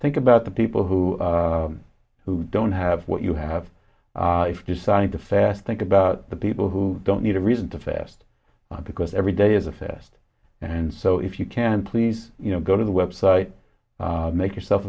think about the people who who don't have what you have decided to fast think about the people who don't need a reason to fast because every day is assessed and so if you can please you know go to the website make yourself